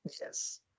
Yes